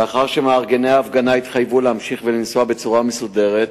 לאחר שמארגני ההפגנה התחייבו להמשיך ולנסוע בצורה מסודרת,